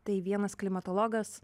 tai vienas klimatologas